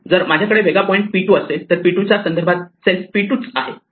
जर माझ्या कडे वेगळा पॉईंट p2 असेल तर p2 च्या संदर्भात सेल्फ p2 आहे